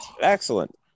Excellent